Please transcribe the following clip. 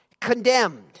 condemned